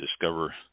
Discover